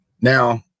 Now